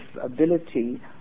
ability